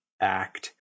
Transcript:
act